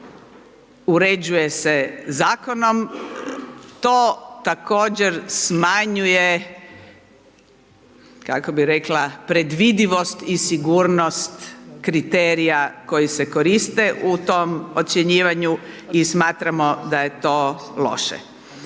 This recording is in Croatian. uređuje se Zakonom, to također smanjuje, kako bi rekla, predvidivost i sigurnost kriterija koji se koriste u tom ocjenjivanju i smatramo da je to loše.